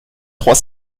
trois